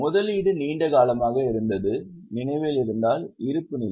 முதலீடு நீண்ட காலமாக இருந்தது நினைவில் இருந்தால் இருப்புநிலை